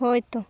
ᱦᱳᱭᱛᱚ